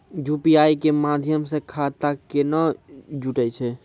UPI के माध्यम से खाता केना जुटैय छै?